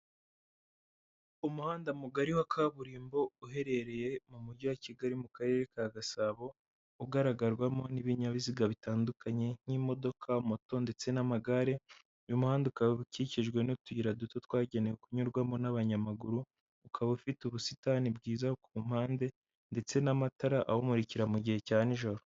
Umuhanda mugari wa kaburimbo, uherereye mu mujyi wa Kigali mu karere ka Gasabo, ugaragarwamo n'ibinyabiziga bitandukanye nk'imodoka, moto ndetse n'amagare, uyu muhandaba ukaba ukikijwe n'utuyira duto twagenewe kunyurwamo n'abanyamaguru, ukaba ufite ubusitani bwiza ku mpande ndetse n'amatara awumurikira mu gihe cya nijoro.